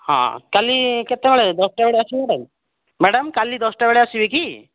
ହଁ କାଲି କେତେବେଳେ ଦଶଟା ବେଳେ ମ୍ୟାଡ଼ାମ୍ କାଲି ଦଶଟା ବେଳେ ଆସିବେ କି